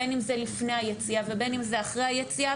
בין אם זה לפני היציאה ובין אם זה אחרי היציאה